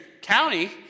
county